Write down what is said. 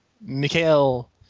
Mikhail